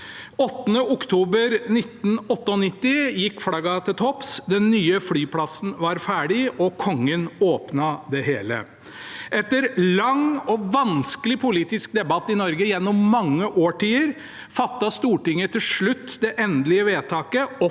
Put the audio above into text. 8. oktober 1998 gikk flaggene til topps. Den nye flyplassen var ferdig, og kongen åpnet det hele. Etter en lang og vanskelig politisk debatt i Norge gjennom mange årtier fattet Stortinget til slutt det endelige vedtaket